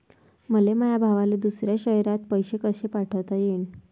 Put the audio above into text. मले माया भावाले दुसऱ्या शयरात पैसे कसे पाठवता येईन?